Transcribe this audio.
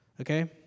Okay